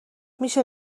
میشه